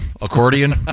Accordion